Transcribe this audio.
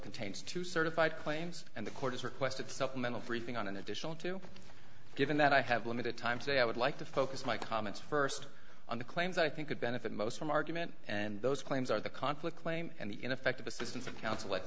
contains two certified claims and the court has requested supplemental briefing on an additional two given that i have limited time today i would like to focus my comments first on the claims i think could benefit most from argument and those claims are the conflict claim and the ineffective assistance of counsel